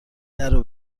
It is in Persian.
درو